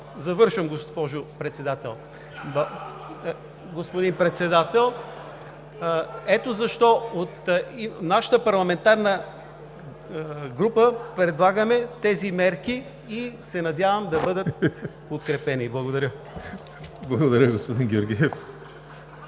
Завършвам, господин Председател. Ето защо от нашата парламентарна група предлагаме тези мерки и се надявам те да бъдат подкрепени. Благодаря. ПРЕДСЕДАТЕЛ ЕМИЛ